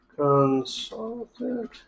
Consultant